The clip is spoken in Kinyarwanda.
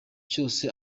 cyose